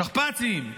שכפ"צים,